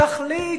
תחליט